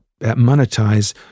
monetize